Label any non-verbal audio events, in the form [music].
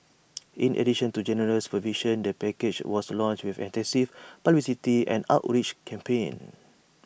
[noise] in addition to generous provisions the package was launched with an extensive publicity and outreach campaign